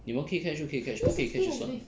你们可以 catch 就可以 catch 不可以 catch 就算了